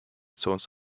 sans